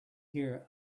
here